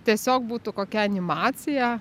tiesiog būtų kokia animacija